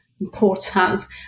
importance